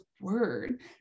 word